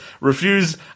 refuse